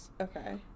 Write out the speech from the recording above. Okay